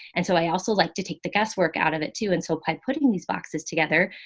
and so i also like to take the guesswork out of it too. and so by putting these boxes together,